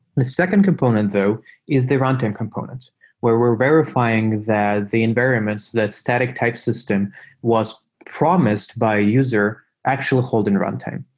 the second component though is the runtime component where we're verifying that the environments that static type system was promised by a user actual hold in runtime.